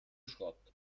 schrott